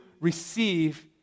receive